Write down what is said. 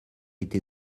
été